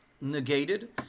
negated